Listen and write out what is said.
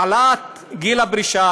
העלאת גיל הפרישה,